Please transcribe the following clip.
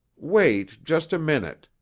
wait just a minute,